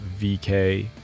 vk